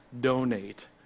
donate